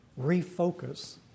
refocus